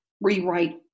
rewrite